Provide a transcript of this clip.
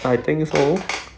I think so